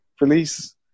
release